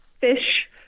fish